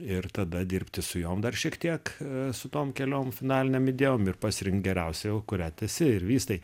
ir tada dirbti su jom dar šiek tiek su tom keliom finalinėm idėjom ir pasirinkt geriausią kurią tęsi ir vystai